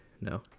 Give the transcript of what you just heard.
No